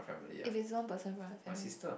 if it's one person from your family